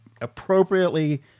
appropriately